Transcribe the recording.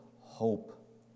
hope